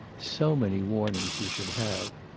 so many warnings he should have.